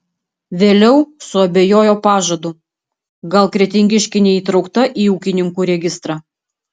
vėliau suabejojo pažadu gal kretingiškė neįtraukta į ūkininkų registrą